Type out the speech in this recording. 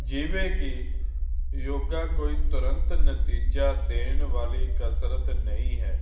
ਜਿਵੇਂ ਕਿ ਯੋਗਾ ਕੋਈ ਤੁਰੰਤ ਨਤੀਜਾ ਦੇਣ ਵਾਲੀ ਕਸਰਤ ਨਹੀਂ ਹੈ